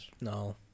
No